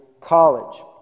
college